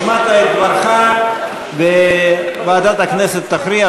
השמעת את דבריך, וועדת הכנסת תכריע.